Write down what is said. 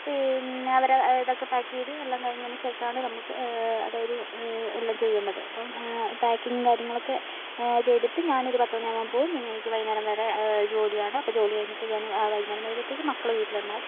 പിന്നെ അവരെ ഇതൊക്കെ പാക്ക് ചെയ്തിട്ട് എല്ലാം എല്ലാം കഴിഞ്ഞതിനുശേഷം ആണ് നമുക്ക് അതായത് എല്ലാം ചെയ്യേണ്ടത് അപ്പോൾ പാക്കിങ്ങും കാര്യങ്ങളും ഒക്കെ ചെയ്തിട്ട് ഞാനൊരു പത്തുമണി ആവുമ്പോൾ പോവും പിന്നെ എനിക്ക് വൈകുന്നേരം വരെ ജോലിയാണ് അപ്പോൾ ജോലി കഴിഞ്ഞിട്ട് ഞാൻ വൈകുന്നേരം വരുമ്പോഴത്തേക്കും മക്കള് വീട്ടിലുണ്ടാവും